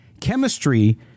chemistry